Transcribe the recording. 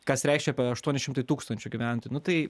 kas reišia aštuoni šimtai tūkstančių gyventojų nu tai